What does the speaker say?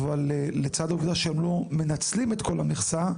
אבל לצד העובדה שהם לא מנצלים את כל המכסה,